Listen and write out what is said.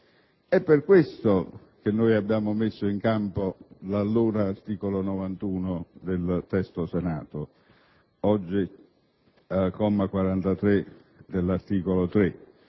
È per questo che abbiamo messo in campo l'allora articolo 91 del testo Senato, oggi comma 43 dell'articolo 3.